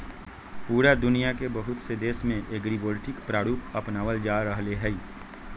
पूरा दुनिया के बहुत से देश में एग्रिवोल्टिक प्रारूप अपनावल जा रहले है